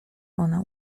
ona